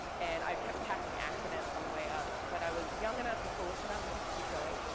and i kept passing accidents on the way up. but i was young enough and foolish enough just to keep going.